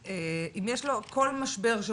אם יש לו כל משבר,